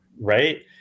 Right